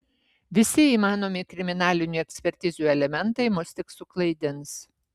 visi įmanomi kriminalinių ekspertizių elementai mus tik suklaidins